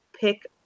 pick